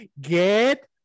get